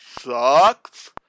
sucks